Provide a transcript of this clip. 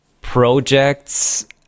projects